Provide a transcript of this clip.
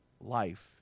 life